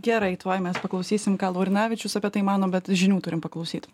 gerai tuoj mes paklausysim ką laurinavičius apie tai mano bet žinių turim paklausyt